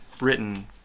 written